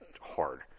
hard